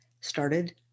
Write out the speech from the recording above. started